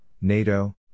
NATO